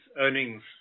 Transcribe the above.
earnings